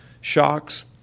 shocks